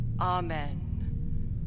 Amen